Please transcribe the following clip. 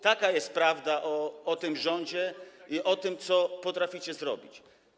Taka jest prawda o tym rządzie i o tym, co potraficie zrobić.